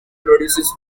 produces